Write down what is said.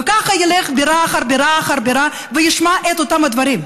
וכך ילך בירה אחר בירה אחר בירה וישמע את אותם הדברים.